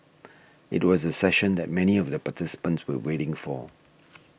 it was the session that many of the participants were waiting for